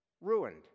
Ruined